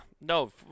No